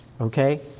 Okay